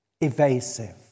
evasive